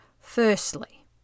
Firstly